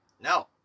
No